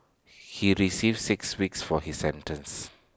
he resave six weeks for his sentence